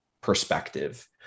perspective